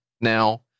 Now